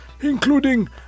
including